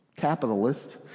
capitalist